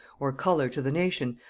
or color to the nation,